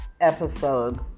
episode